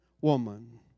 woman